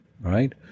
right